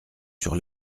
sur